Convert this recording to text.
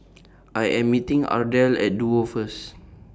I Am meeting Ardelle At Duo First